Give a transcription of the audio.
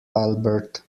albert